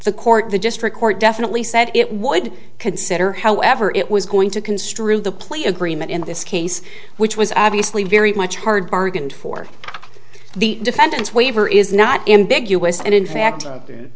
the court the district court definitely said it would consider however it was going to construe the plea agreement in this case which was obviously very much hard bargained for the defendants waiver is not ambiguous and in fact